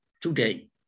today